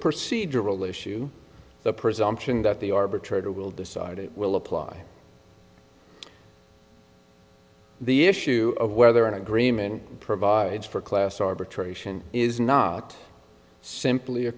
real issue the presumption that the arbitrator will decide it will apply the issue of whether an agreement provides for class arbitration is not simply a